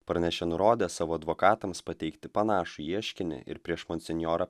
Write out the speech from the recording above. pranešė nurodęs savo advokatams pateikti panašų ieškinį ir prieš monsinjorą